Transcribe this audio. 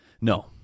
No